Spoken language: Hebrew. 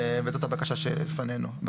ואלה הבקשות שלפנינו.